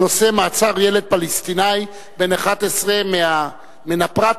בנושא: מעצר ילד פלסטיני בן 11. מן הפרט